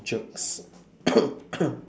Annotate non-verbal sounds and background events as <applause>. jerk <coughs>